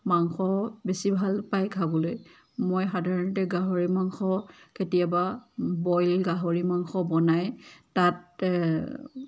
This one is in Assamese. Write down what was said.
মাংস বেছি ভাল পায় খাবলৈ মই সাধাৰণতে গাহৰি মাংস কেতিয়াবা বইল গাহৰি মাংস বনাই তাত